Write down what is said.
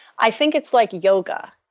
i think it's like yoga,